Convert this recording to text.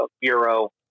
bureau